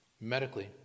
medically